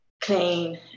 clean